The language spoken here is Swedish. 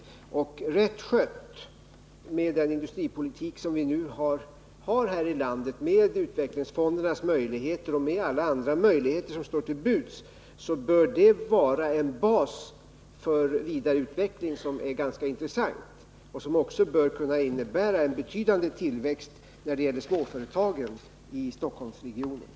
Rätt skött — med den industripolitik som vi nu har i Sverige, med utvecklingsfonderna och alla de andra möjligheter som står till buds — bör detta kunna utgöra en ganska intressant bas för vidareutveckling. Det bör också kunna innebära en betydande tillväxt när det gäller småföretagen i Stockholmsregionen.